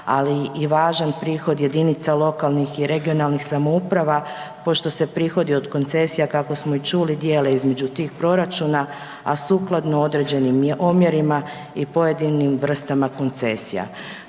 ali i važan prihod jedinica lokalnih i regionalnih samouprava pošto se prihodi od koncesija, kako smo i čuli, dijele između tih proračuna, a sukladno određenim omjerima i pojedinim vrstama koncesija.